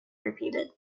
repeated